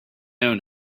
own